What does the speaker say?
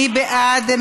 מי בעד?